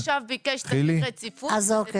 חילי טרופר עכשיו ביקש את דין הרציפות, וזה תקוע.